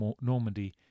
Normandy